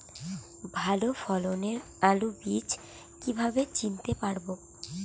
ভালো ফলনের আলু বীজ কীভাবে চিনতে পারবো?